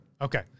Okay